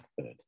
third